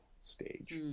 stage